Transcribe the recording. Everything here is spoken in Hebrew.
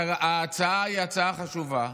ההצעה היא הצעה חשובה.